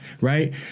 Right